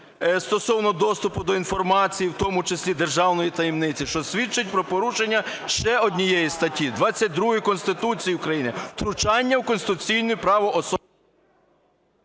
стосовно доступу до інформації, в тому числі державної таємниці, що свідчить про порушення ще однієї статті – 22-ї Конституції України. Втручання в конституційне право...